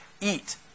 eat